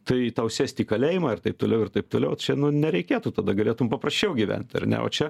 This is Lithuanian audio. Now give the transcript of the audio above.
tai tau sėst į kalėjimą ir taip toliau ir taip toliau čia nu nereikėtų tada galėtum paprasčiau gyventi ar ne o čia